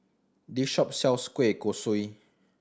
this shop sells kueh kosui